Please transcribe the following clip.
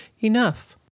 enough